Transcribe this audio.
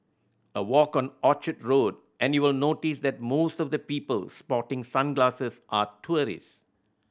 a walk on Orchard Road and you'll notice that most of the people sporting sunglasses are tourist